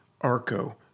ARCO